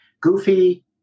Goofy